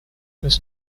was